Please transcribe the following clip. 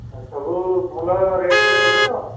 ସବୁ ଭଲ ରେଟ୍ରେ ଦେବେ ତ